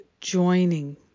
joining